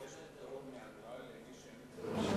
יש,